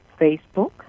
Facebook